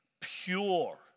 pure